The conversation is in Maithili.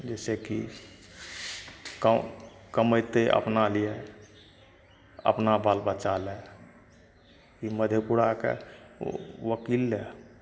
जेतय कि काम कमैतै अपना लिए अपना बाल बच्चा लए की मधेपुराके ओ वकील लए